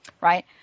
right